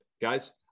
guys